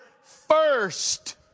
first